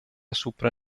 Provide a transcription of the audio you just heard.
supre